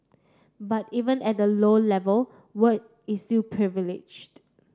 but even at a low level work is still privileged